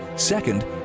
Second